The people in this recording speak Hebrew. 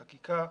בבקשה,